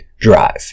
drive